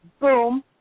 Boom